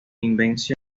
invención